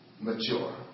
mature